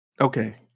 okay